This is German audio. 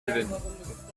gewinnen